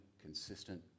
consistent